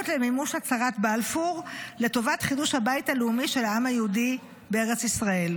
למימוש הצהרת בלפור לטובת חידוש הבית הלאומי של העם היהודי בארץ ישראל.